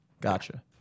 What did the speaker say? Gotcha